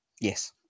Yes